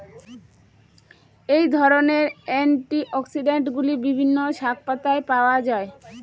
এই ধরনের অ্যান্টিঅক্সিড্যান্টগুলি বিভিন্ন শাকপাতায় পাওয়া য়ায়